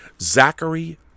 Zachary